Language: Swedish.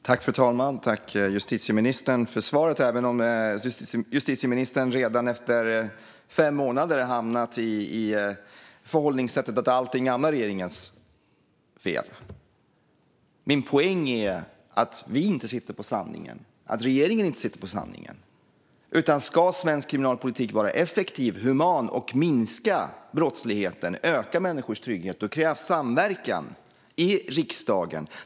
Fru talman! Jag tackar justitieministern för svaret - även om justitieministern redan efter fem månader har hamnat i förhållningssättet att allt är den andra regeringens fel. Vi sitter inte på sanningen. Regeringen sitter inte på sanningen. Min poäng är att om svensk kriminalpolitik ska vara effektiv och human, minska brottsligheten och öka människors trygghet krävs samverkan i riksdagen.